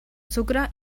sucre